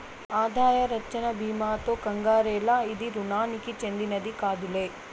ఆదాయ రచ్చన బీమాతో కంగారేల, ఇది రుణానికి చెందినది కాదులే